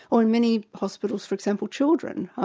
or in many hospitals for example, children. ah